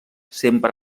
sempre